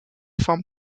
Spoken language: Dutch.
van